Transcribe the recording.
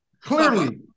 Clearly